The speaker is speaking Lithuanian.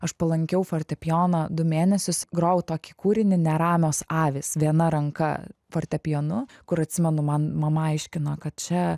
aš palankiau fortepijoną du mėnesius grojau tokį kūrinį neramios avys viena ranka fortepijonu kur atsimenu man mama aiškino kad čia